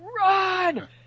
Run